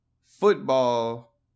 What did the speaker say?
football